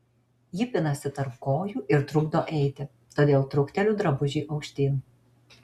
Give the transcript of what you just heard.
ji pinasi tarp kojų ir trukdo eiti todėl trukteliu drabužį aukštyn